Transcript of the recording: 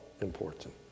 important